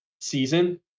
season